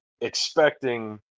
expecting